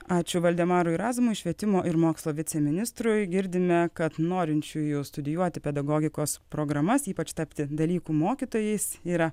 ačiū valdemarui razumui švietimo ir mokslo viceministrui girdime kad norinčiųjų studijuoti pedagogikos programas ypač tapti dalykų mokytojais yra